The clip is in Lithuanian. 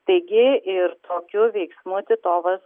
taigi ir tokiu veiksmu titovas